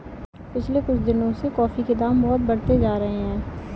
पिछले कुछ दिनों से कॉफी के दाम बहुत बढ़ते जा रहे है